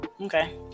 Okay